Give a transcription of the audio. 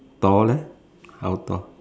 taller how tall